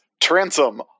Transom